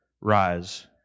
rise